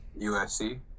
USC